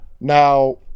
Now